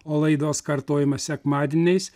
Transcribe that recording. o laidos kartojimas sekmadieniais